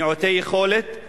מעוטי יכולת,